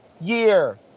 year